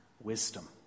wisdom